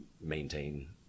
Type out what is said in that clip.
maintain